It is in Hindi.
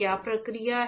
क्या प्रक्रिया है